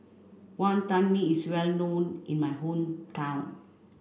Wonton Mee is well known in my hometown